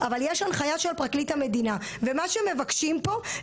אבל יש הנחיה של פרקליט המדינה ומה שמבקשים פה,